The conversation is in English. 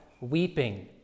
weeping